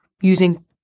using